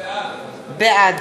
בעד